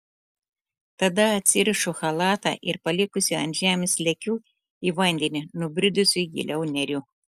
tada atsirišu chalatą ir palikusi ant žemės lekiu į vandenį nubridusi giliau neriu